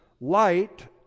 light